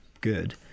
good